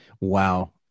wow